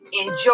enjoy